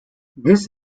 this